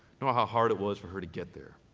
you know how hard it was for her to get there.